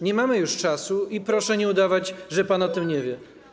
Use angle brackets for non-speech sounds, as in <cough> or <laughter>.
Nie mamy już czasu i <noise> proszę nie udawać, że pan o tym nie wie.